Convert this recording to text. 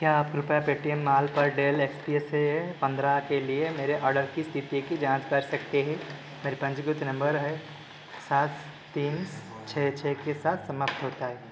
क्या आप कृपया पेटीएम मॉल पर डेल एक्स पी से पन्द्रह के लिए मेरे ऑर्डर की इस्थिति की जाँच कर सकते हैं मेरा पन्जीकृत फ़ोन नम्बर सात तीन छह छह के साथ समाप्त होता है